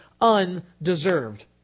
undeserved